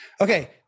okay